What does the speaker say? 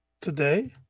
today